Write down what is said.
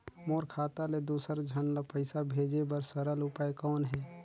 मोर खाता ले दुसर झन ल पईसा भेजे बर सरल उपाय कौन हे?